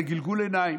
זה גלגול עיניים.